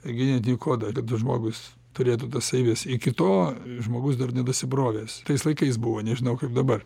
genetinį kodą kad tas žmogus turėtų tas savybes iki to žmogus dar nedasibrovęs tais laikais buvo nežinau kaip dabar